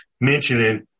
mentioning